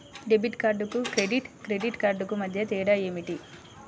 Debit కార్డుకు credit credit కార్డుకు మధ్య తేడా ఏమిటీ?